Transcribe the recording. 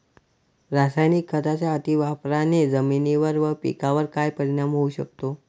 रासायनिक खतांच्या अतिवापराने जमिनीवर व पिकावर काय परिणाम होऊ शकतो?